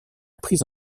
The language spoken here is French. prise